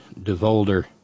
DeVolder